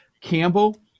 Campbell